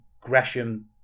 gresham